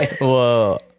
whoa